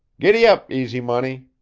giddy-ap, easy money,